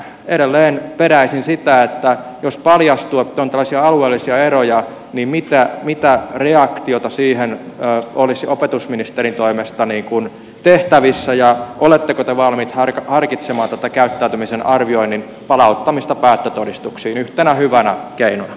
edelleen peräisin sitä että jos paljastuu että on tällaisia alueellisia eroja niin mitä reaktiota siihen olisi opetusministerin toimesta tehtävissä ja oletteko te valmiit harkitsemaan tätä käyttäytymisen arvioinnin palauttamista päättötodistuksiin yhtenä hyvänä keinona